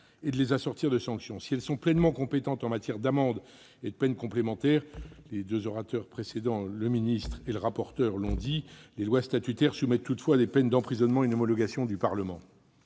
et de les assortir de sanctions. Si elles sont pleinement compétentes en matière d'amendes et de peines complémentaires, ainsi que l'ont rappelé M. le ministre et M. le rapporteur, les lois statutaires soumettent toutefois les peines d'emprisonnement à une homologation du Parlement.